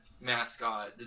mascot